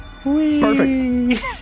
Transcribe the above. perfect